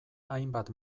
hainbat